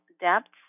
depths